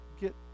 get